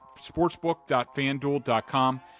sportsbook.fanduel.com